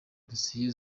dosiye